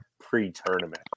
pre-tournament